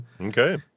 Okay